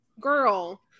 girl